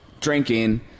drinking